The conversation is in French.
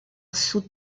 sous